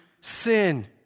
sin